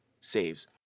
saves